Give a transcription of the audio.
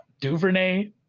Duvernay